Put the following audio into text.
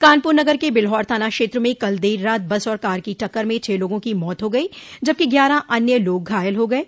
कानपुर नगर के बिल्हौर थाना क्षेत्र में कल देर रात बस और कार की टक्कर में छह लोगों की मौत हो गई जबकि ग्यारह अन्य लोग घायल हो गये